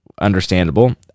Understandable